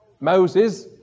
Moses